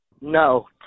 No